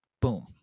Boom